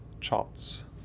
charts